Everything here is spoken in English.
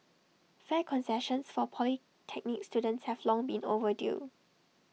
fare concessions for polytechnic students have long been overdue